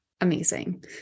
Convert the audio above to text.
Amazing